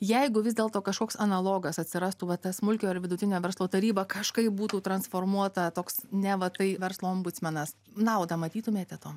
jeigu vis dėlto kažkoks analogas atsirastų va tas smulkiojo ir vidutinio verslo taryba kažkaip būtų transformuota toks neva tai verslo ombudsmenas naudą matytumėte to